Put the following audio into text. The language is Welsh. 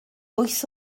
wyth